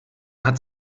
hat